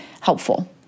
helpful